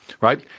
right